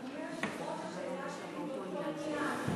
אדוני היושב-ראש, השאלה שלי באותו עניין.